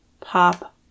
pop